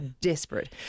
desperate